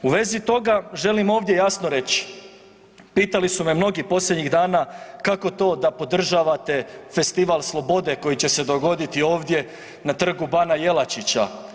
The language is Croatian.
U vezi toga želim ovdje jasno reći, pitali su me mnogi posljednjih dana kako to da podržavate Festival slobode koji će se dogoditi ovdje na Trgu bana Jelačića.